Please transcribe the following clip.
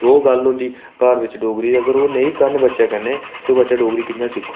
ओह् गल्ल होंदी घर बिच अगर ओह् नेईं करन बच्चें कन्नै ते बच्चा डोगरी कि'यां सिक्खग